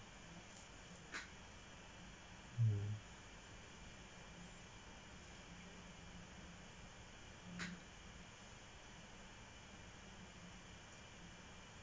hmm